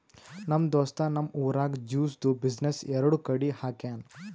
ನಮ್ ದೋಸ್ತ್ ನಮ್ ಊರಾಗ್ ಜ್ಯೂಸ್ದು ಬಿಸಿನ್ನೆಸ್ ಎರಡು ಕಡಿ ಹಾಕ್ಯಾನ್